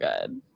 good